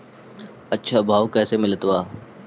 अच्छा भाव कैसे मिलत बा?